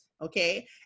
okay